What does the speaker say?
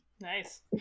Nice